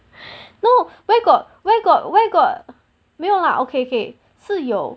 no where got where got where got 没有 lah okay K 是有